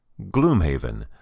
Gloomhaven